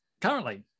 currently